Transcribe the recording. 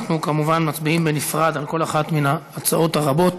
אנחנו כמובן מצביעים בנפרד על כל אחת מן ההצעות הרבות.